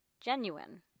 genuine